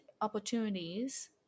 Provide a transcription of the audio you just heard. opportunities